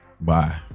bye